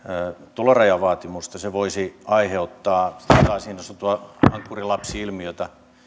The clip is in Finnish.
tulorajavaatimusta se voisi aiheuttaa niin sanottua ankkurilapsi ilmiötä